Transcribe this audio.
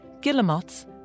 guillemots